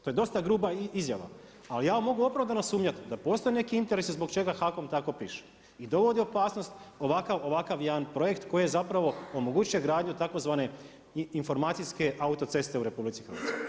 To je dosta gruba izjava, ali ja mogu opravdano sumnjati da postoje neki interesi zbog čega HAKOM tako piše i dovodi u opasnost ovakav jedan projekt koji omoguće gradnju tzv. informacijske autoceste u RH.